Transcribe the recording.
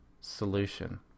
solution